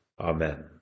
Amen